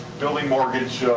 building mortgage